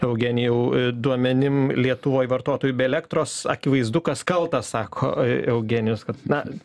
eugenijau duomenim lietuvoj vartotojų bei elektros akivaizdu kas kaltas sako eugenijus kad na